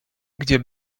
gdzie